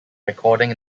recording